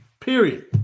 Period